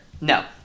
no